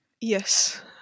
yes